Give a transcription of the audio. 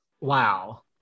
Wow